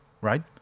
right